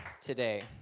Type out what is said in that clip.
today